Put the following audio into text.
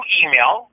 email